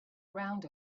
around